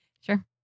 Sure